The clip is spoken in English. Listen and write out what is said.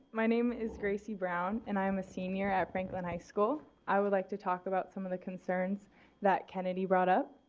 my name is gracie brown and i am a senior at franklin high school. i would like to talk about some of the concerns that kennadi brought up.